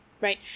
Right